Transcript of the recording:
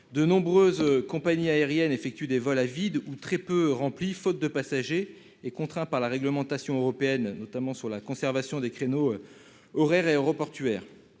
De nombreuses compagnies aériennes effectuent des vols à vide ou très peu remplis, faute de passagers, contraints par la réglementation européenne sur la conservation des créneaux horaires aéroportuaires.